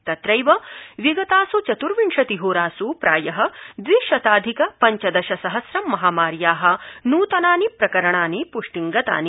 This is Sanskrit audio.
तत्रैव विगतास् चत्र्विंशति होरास् प्राय द्वि शताधिक पञ्चदश सहस्रं महामार्या नूतनानि प्रकरणानि प्ष्टिंगतानि